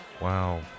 Wow